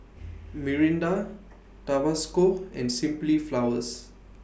Mirinda Tabasco and Simply Flowers